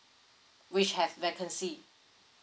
which have vacancy